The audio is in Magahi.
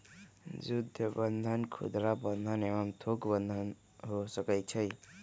जुद्ध बन्धन खुदरा बंधन एवं थोक बन्धन हो सकइ छइ